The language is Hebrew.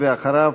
ואחריו,